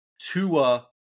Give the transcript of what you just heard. tua